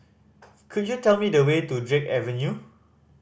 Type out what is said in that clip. could you tell me the way to Drake Avenue